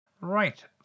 right